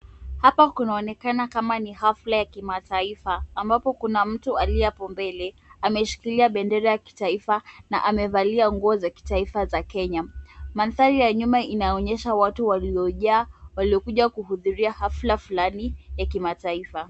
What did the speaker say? Hapa kunaonekana kama ni hafla ya kimatafaifa ambapo kuna mtu aliye apo mbele ameshikilia bendera ya kitaifa na amevalia nguo za kitaifa za Kenya. Mandhari ya nyuma inaonyesha watu waliojaa waliokuja kuhudhuria hafla fulani ya kimataifa.